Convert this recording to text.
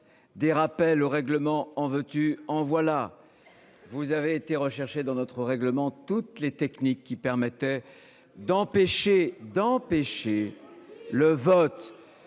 Des rappels au règlement en veux-tu en voilà. Vous avez été recherché dans notre règlement toutes les techniques qui permettaient d'empêcher d'empêcher le vote.